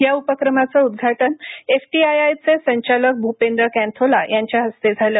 या उपक्रमाचं उद्घाटन एफ टी आय आय चे संचालक भूपेंद्र कॅनथोला यांच्या हस्ते झालं